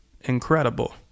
incredible